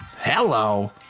Hello